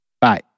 Bye